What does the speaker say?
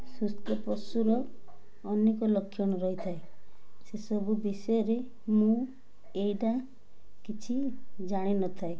ସୁସ୍ଥ ପଶୁର ଅନେକ ଲକ୍ଷଣ ରହିଥାଏ ସେସବୁ ବିଷୟରେ ମୁଁ ଏଇଟା କିଛି ଜାଣିନଥାଏ